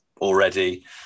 already